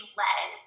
led